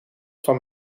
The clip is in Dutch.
van